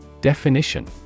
Definition